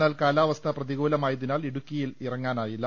എന്നാൽ കാലാ വസ്ഥ പ്രതികൂലമായതിനാൽ ഇടുക്കിയിൽ ഇറങ്ങാനായില്ല